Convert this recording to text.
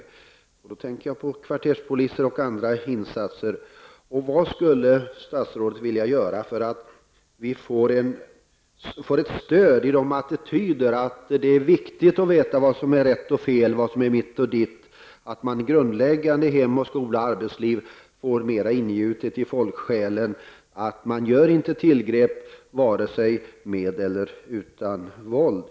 Jag tänker då på kvarterspoliser och andra insatser. Vad skulle statsrådet vilja göra för att förstärka attityderna i frågor om vad som är rätt och fel och om vad som är mitt och ditt? Vad kan vi göra på ett grundläggande stadium i hem, skola och arbetsliv för att mera få ingjutet i folksjälen att man inte skall göra några tillgrepp, varken med eller utan våld?